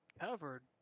covered